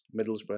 middlesbrough